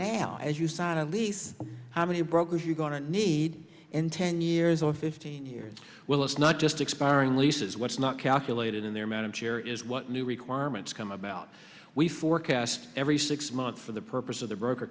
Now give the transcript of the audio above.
now as you said of lease how many brokers you're going to need ten years or fifteen years well it's not just expiring leases what's not calculated in there madam chair is what new requirements come about we forecast every six months for the purpose of the broker